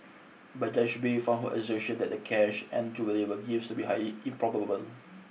but Judge Bay found her assertion that the cash and jewellery were used to be high improbable